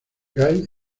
gay